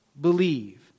Believe